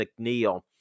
McNeil